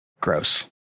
gross